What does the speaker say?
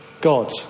God